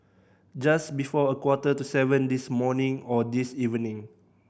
just before a quarter to seven this morning or this evening